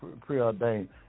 preordained